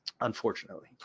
unfortunately